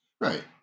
Right